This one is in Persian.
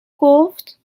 گفت